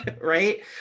right